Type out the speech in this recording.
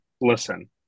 listen